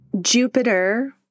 Jupiter